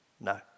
No